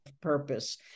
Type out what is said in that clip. purpose